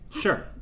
Sure